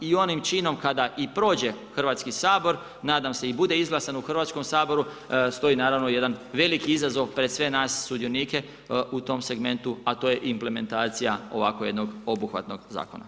I onim činim kada i prođe Hrvatski sabor, nadam se i bude izglasan u Hrvatskom saboru, stoji naravno jedan veliki izazov pred sve nas sudionike u tom segmentu, a to je implementacija ovako jednog obuhvatnog zakona.